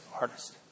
artist